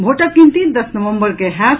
भोटक गिनती दस नवम्बर के होयत